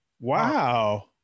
wow